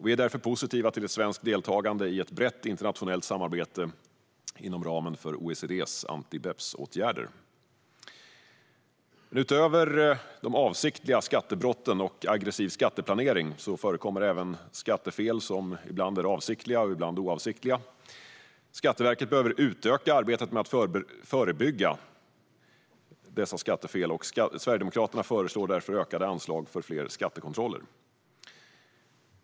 Vi är därför positiva till ett svenskt deltagande i ett brett internationellt samarbete inom ramen för OECD:s anti-BEPS-åtgärder. Utöver avsiktliga skattebrott och aggressiv skatteplanering förekommer även skattefel som ibland är avsiktliga, ibland oavsiktliga. Skatteverket behöver utöka arbetet för att förebygga dessa skattefel, och Sverigedemokraterna föreslår därför ökade anslag för fler skattekontroller.